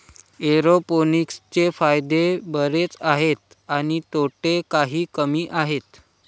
एरोपोनिक्सचे फायदे बरेच आहेत आणि तोटे काही कमी आहेत